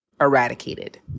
eradicated